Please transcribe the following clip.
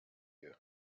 you